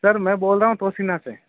sir मैं बोल रहा हूँ तोशिना से